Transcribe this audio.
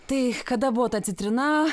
tai kada buvo ta citrina